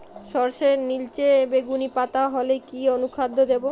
সরর্ষের নিলচে বেগুনি পাতা হলে কি অনুখাদ্য দেবো?